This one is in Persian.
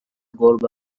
گربه